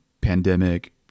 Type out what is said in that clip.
pandemic